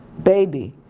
baby,